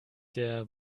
der